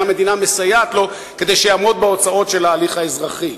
כאן המדינה מסייעת לו כדי שיעמוד בהוצאות של ההליך האזרחי.